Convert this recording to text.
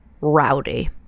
rowdy